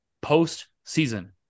post-season